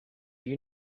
you